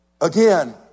again